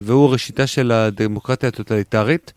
והוא ראשיתה של הדמוקרטיה הטוטליטארית.